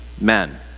Men